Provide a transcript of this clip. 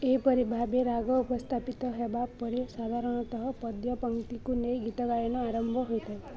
ଏହିପରି ଭାବେ ରାଗ ଉପସ୍ଥାପିତ ହେବା ପରେ ସାଧାରଣତଃ ପଦ୍ୟ ପଂକ୍ତିକୁ ନେଇ ଗୀତ ଗାୟନ ଆରମ୍ଭ ହେଇଥାଏ